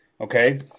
Okay